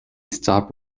stop